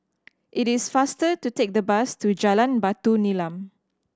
it is faster to take the bus to Jalan Batu Nilam